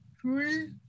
three